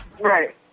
Right